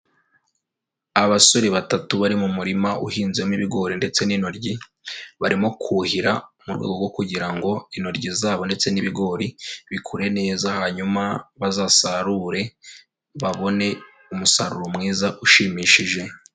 Abasore batatu bari mu murima uhinzemo ibigori ndetse n'intoryi, barimo kuhira mu rwogo rwo kugira ngo intoryi zabo ndetse n'ibigori bikure neza, hanyuma bazasarure babone umusaruro mwiza ushimishije.